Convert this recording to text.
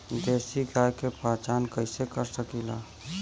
देशी गाय के पहचान कइसे कर सकीला?